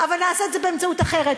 אבל נעשה את באמצעות דרך אחרת,